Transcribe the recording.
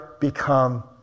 become